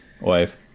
wife